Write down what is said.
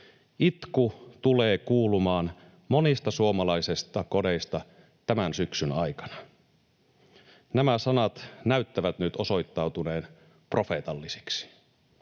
”Itku tulee kuulumaan monista suomalaisista kodeista tämän syksyn aikana.” Nämä sanat näyttävät nyt osoittautuneen profeetallisiksi.